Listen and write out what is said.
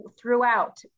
throughout